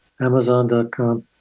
Amazon.com